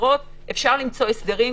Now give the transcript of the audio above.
אפשר למצוא הסדרים,